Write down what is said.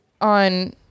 on